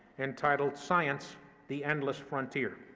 entitled science the endless frontier.